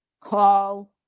call